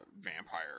vampire